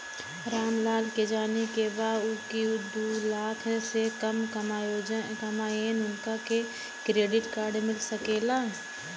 राम लाल के जाने के बा की ऊ दूलाख से कम कमायेन उनका के क्रेडिट कार्ड मिल सके ला?